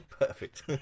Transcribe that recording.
Perfect